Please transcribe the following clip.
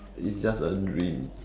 is just a dream